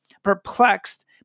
perplexed